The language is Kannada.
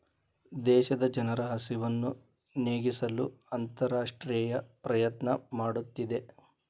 ದೇಶದ ಜನರ ಹಸಿವನ್ನು ನೇಗಿಸಲು ಅಂತರರಾಷ್ಟ್ರೇಯ ಪ್ರಯತ್ನ ಮಾಡುತ್ತಿದೆ